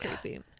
creepy